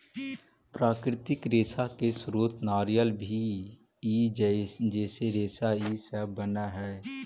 प्राकृतिक रेशा के स्रोत नारियल भी हई जेसे रस्सी इ सब बनऽ हई